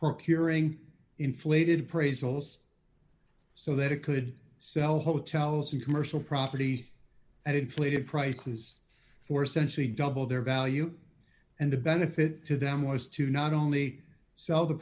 procuring inflated appraisals so that it could sell hotels and commercial properties at inflated prices for essentially double their value and the benefit to them was to not only sell the